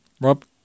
Rob